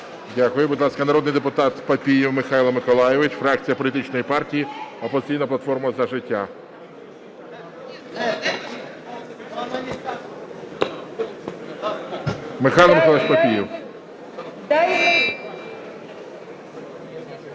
Дякую. Будь ласка, народний депутат Папієв Михайло Миколайович, фракція політичної партії "Опозиційна платформа - За життя". Михайло Миколайович Папієв.